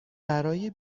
برای